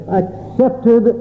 accepted